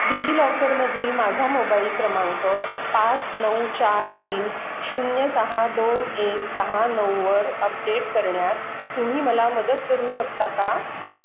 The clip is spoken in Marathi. डिजिलॉकरमधील माझा मोबाईल क्रमांक पाच नऊ चार तीन शून्य सहा दोन एक सहा नऊवर अपडेट करण्यात तुम्ही मला मदत करू शकता का